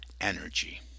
Energy